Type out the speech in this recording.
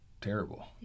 terrible